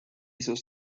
sus